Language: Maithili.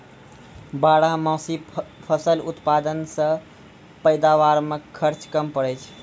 बारहमासी फसल उत्पादन से पैदावार मे खर्च कम पड़ै छै